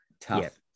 Tough